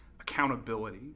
accountability